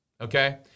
Okay